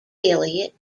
eliot